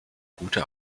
gute